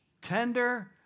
tender